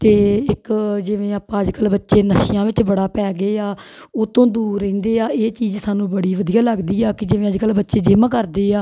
ਅਤੇ ਇੱਕ ਜਿਵੇਂ ਆਪਾਂ ਅੱਜ ਕੱਲ੍ਹ ਬੱਚੇ ਨਸ਼ਿਆਂ ਵਿੱਚ ਬੜਾ ਪੈ ਗਏ ਆ ਉਹ ਤੋਂ ਦੂਰ ਰਹਿੰਦੇ ਆ ਇਹ ਚੀਜ਼ ਸਾਨੂੰ ਬੜੀ ਵਧੀਆ ਲੱਗਦੀ ਆ ਕਿ ਜਿਵੇਂ ਅੱਜ ਕੱਲ੍ਹ ਬੱਚੇ ਜਿੰਮ ਕਰਦੇ ਆ